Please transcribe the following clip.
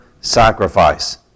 sacrifice